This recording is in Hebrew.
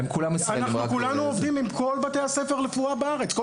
כולנו עובדים עם כל בתי הספר לרפואה בארץ.